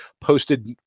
posted